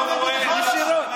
בוא אני אגיד לך עוד דבר,